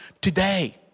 today